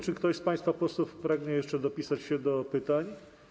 Czy ktoś z państwa posłów pragnie jeszcze zapisać się do pytań?